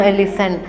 listen